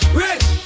rich